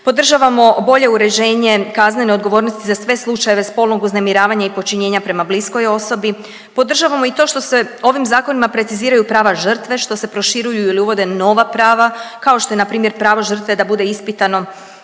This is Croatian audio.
Podržavamo bolje uređenje kaznene odgovornosti za sve slučajeve spolnog uznemiravanja i počinjenja prema bliskoj osobi. Podržavamo i to što se ovim zakonima preciziraju prava žrtve, što se proširuju ili uvode nova prava kao što je npr. pravo žrtve da bude ispitano,